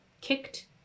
kicked